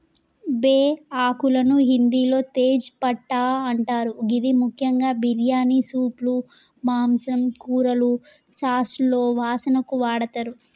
బేఆకులను హిందిలో తేజ్ పట్టా అంటరు గిది ముఖ్యంగా బిర్యానీ, సూప్లు, మాంసం, కూరలు, సాస్లలో వాసనకు వాడతరు